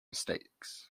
mistakes